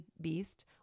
Beast